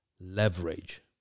leverage